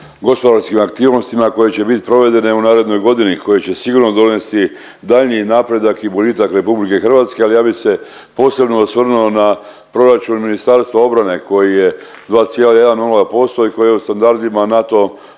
gospodarskim aktivnostima koje će biti provedene u narednoj godini, koje će sigurno donesti daljnji napredak i boljitak RH, ali ja bi se posebno osvrnuo na proračun Ministarstva obrane koji je 2,10% i koji je u standardima NATO